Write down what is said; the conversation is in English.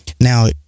Now